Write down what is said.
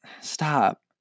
stop